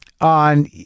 on